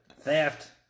Theft